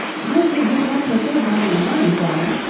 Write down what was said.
i'd give you ten per cent on your money, sally.